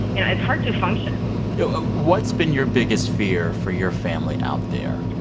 it's hard to function so ah what's been your biggest fear for your family out there?